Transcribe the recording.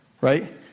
right